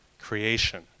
creation